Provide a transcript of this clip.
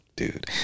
dude